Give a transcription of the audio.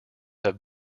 have